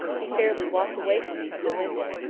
he fairly walked away from me to the window,